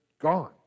gone